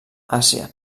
àsia